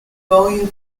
volume